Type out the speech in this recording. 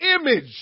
image